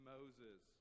Moses